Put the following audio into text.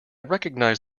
recognised